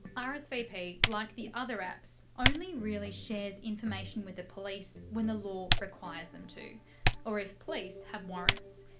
ah rsvp, like the other apps, only really shares information with the police when the law requires them to or if police have warrants.